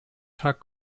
tag